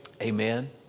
Amen